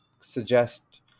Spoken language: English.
suggest